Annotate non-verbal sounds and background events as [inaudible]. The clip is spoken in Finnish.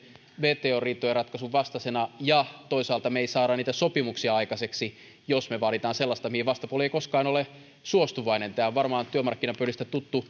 wton riitojen ratkaisun vastaisina ja toisaalta me emme saa niitä sopimuksia aikaiseksi jos me vaadimme sellaista mihin vastapuoli ei koskaan ole suostuvainen tämä on varmaan työmarkkinapöydistä tuttu [unintelligible]